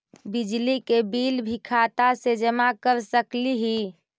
बिजली के बिल भी खाता से जमा कर सकली ही?